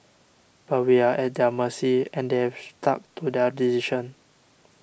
but we are at their mercy and they have stuck to their decision